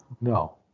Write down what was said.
No